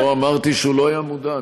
לא אמרתי שהוא לא היה מודע.